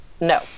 no